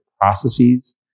processes